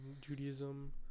Judaism